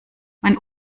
mein